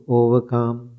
overcome